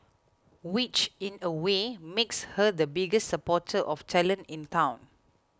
which in a way makes her the biggest supporter of talent in town